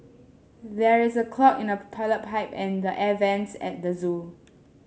there is a clog in the toilet pipe and the air vents at the zoo